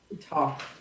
Talk